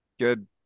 Good